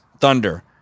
Thunder